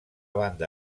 banda